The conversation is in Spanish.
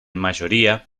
mayoría